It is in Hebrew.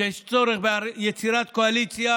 כשיש צורך ביצירת קואליציה